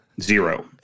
Zero